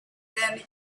them